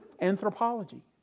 anthropology